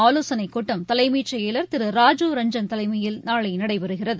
ஆலோசனை கூட்டம் தலைமை செயலர் திரு ராஜீவ் ரஞ்சன் தலைமையில் நாளை நடைபெறுகிறது